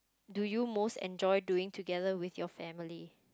do you most enjoy doing together with your family